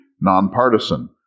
nonpartisan